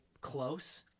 close